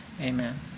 amen